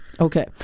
Okay